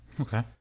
Okay